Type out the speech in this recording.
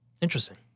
Interesting